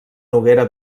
noguera